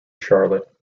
charlotte